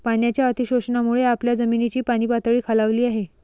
पाण्याच्या अतिशोषणामुळे आपल्या जमिनीची पाणीपातळी खालावली आहे